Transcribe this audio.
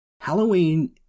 Halloween